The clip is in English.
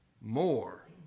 more